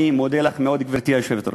אני מודה לך מאוד, גברתי היושבת-ראש.